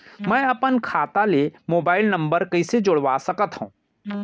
मैं अपन खाता ले मोबाइल नम्बर कइसे जोड़वा सकत हव?